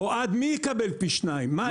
מי יקבל פי שניים?